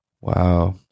Wow